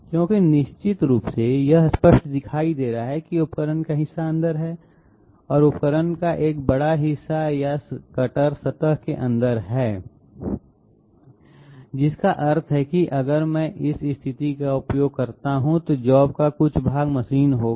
क्योंकि निश्चित रूप से यह स्पष्ट दिखाई दे रहा है कि उपकरण का हिस्सा अंदर है और उपकरण का एक बड़ा हिस्सा या कटर सतह के अंदर है जिसका अर्थ है कि अगर मैं इस स्थिति का उपयोग करता हूं तो जॉब का कुछ भाग मशीन होगा